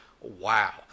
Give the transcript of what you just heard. wow